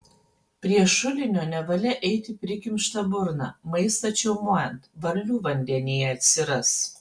prie šulinio nevalia eiti prikimšta burna maistą čiaumojant varlių vandenyje atsiras